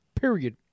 Period